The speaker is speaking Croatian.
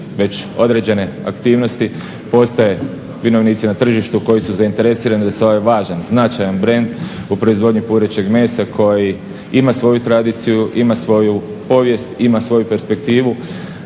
određene aktivnosti, postoje vinovnici na tržištu koji su zainteresirani da se ovaj važan, značajan brend u proizvodnji purećeg mesa koji ima svoju tradiciju, ima svoji povijest, ima svoju perspektivu